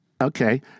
okay